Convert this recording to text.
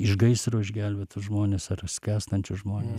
iš gaisro išgelbėtus žmones ar skęstančius žmones